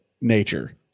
nature